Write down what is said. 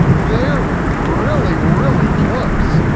they're? really really close.